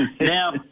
Now